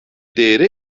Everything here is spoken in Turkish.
değeri